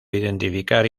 identificar